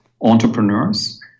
entrepreneurs